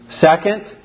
Second